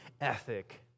ethic